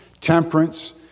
Temperance